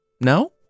No